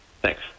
thanks